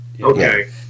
Okay